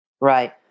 Right